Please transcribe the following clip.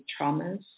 traumas